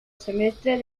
semestre